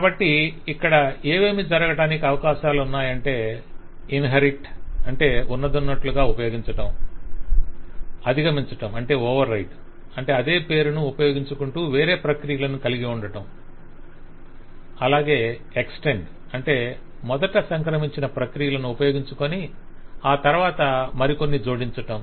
కాబట్టి ఇక్కడ ఏవేమీ జరగటానికి అవకాశాలు ఉన్నాయంటే - ఇన్హెరిట్ అంటే ఉన్నదున్నట్లుగా ఉపయోగించటం అధిగమించటం అంటే అదే పేరును ఉపయోగించుకుంటూ వేరే ప్రక్రియలను కలిగి ఉండటం అలాగే ఎక్స్టెండ్ అంటే మొదట సంక్రమించిన ప్రక్రియలను ఉపయోగించుకొని ఆ తరవాత మరి కొన్ని జోడించటం